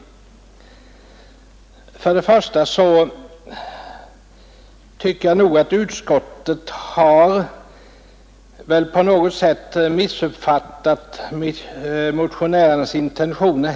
Först och främst tycker jag nog att utskottet har på något sätt missuppfattat motionärernas intentioner.